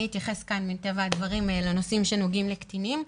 אני אתייחס כאן מטבע הדברים לנושאים שנוגעים לקטינים.